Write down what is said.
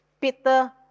Peter